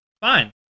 Fine